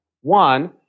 One